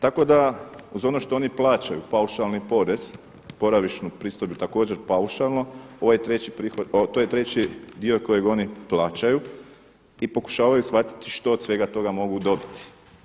Tako da uz ono što oni plaćaju paušalni porez, boravišnu pristojbu također paušalno ovaj treći prihod, to je reći dio kojeg oni plaćaju i pokušavaju shvatiti što od svega toga mogu dobiti.